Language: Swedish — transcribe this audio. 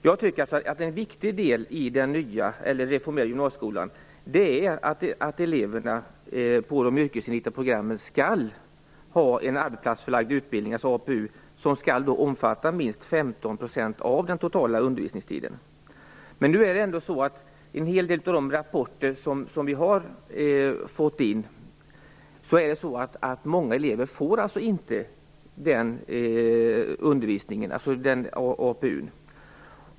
Jag tycker att en viktig del i den reformerade gymnasieskolan är att eleverna på de yrkesinriktade programmen skall ha en arbetsplatsförlagd utbildning, APU, som skall omfatta minst 15 % av den totala undervisningstiden. Enligt en hel del av de rapporter som vi har fått är det många elever som inte får den undervisningen.